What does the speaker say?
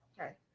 Okay